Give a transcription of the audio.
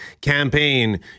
campaign